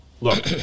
Look